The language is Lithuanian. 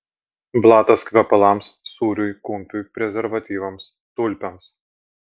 blatas kvepalams sūriui kumpiui prezervatyvams tulpėms